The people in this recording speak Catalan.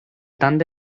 tant